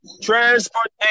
transportation